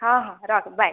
ହଁ ହଁ ରଖ ବାଏ